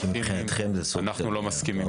אנחנו לא מסכימים,